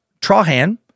Trahan